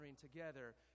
together